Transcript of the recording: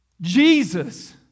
Jesus